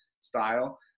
style